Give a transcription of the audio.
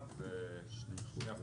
--- שני אחוז